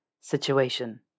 situation